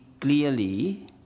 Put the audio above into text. clearly